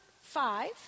five